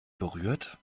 berührt